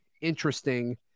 interesting